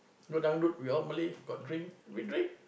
go dangdut we all Malay got drink we drink